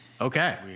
Okay